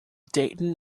dayton